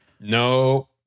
No